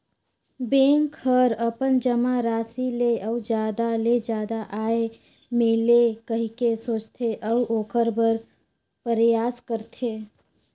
bank हर अपन जमा राशि ले अउ जादा ले जादा आय मिले कहिके सोचथे, अऊ ओखर बर परयास करथे